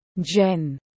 Jen